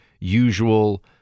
usual